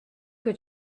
que